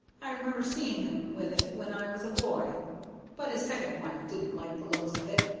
i remember seeing him with it when i was a boy but his second wife didn't like the looks of it,